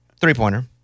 three-pointer